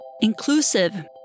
inclusive